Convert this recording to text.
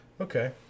Okay